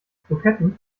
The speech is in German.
kroketten